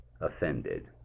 offended